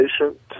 patient